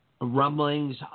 Rumblings